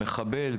מחבל,